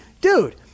Dude